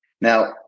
Now